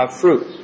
fruit